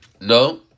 No